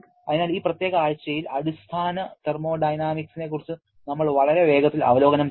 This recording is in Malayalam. അതിനാൽ ഈ പ്രത്യേക ആഴ്ചയിൽ അടിസ്ഥാന തെർമോഡൈനാമിക്സിനെക്കുറിച്ച് നമ്മൾ വളരെ വേഗത്തിൽ അവലോകനം ചെയ്തു